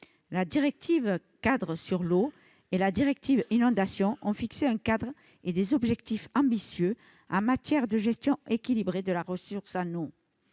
La directive-cadre sur l'eau et la directive Inondations ont fixé un cadre et des objectifs ambitieux en matière de gestion équilibrée de la ressource en eau.